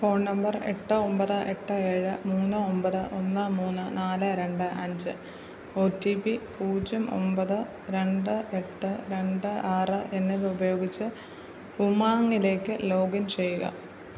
phone number എട്ട് ഒൻപത്ത് എട്ട് ഏഴ് മൂന്ന് ഒൻപത് ഒന്ന് മൂന്ന് നാല് രണ്ട് അഞ്ച് ഓ റ്റീ പി പൂജ്യം ഒൻപത് രണ്ട് എട്ട് രണ്ട് ആറ് എന്നിവ ഉപയോഗിച്ച് ഉമാങ്ങിലേക്ക് ലോഗിൻ ചെയ്യുക